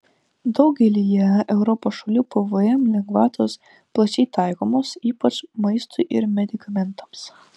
daugelyje europos šalių pvm lengvatos plačiai taikomos ypač maistui ir medikamentams